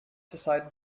decided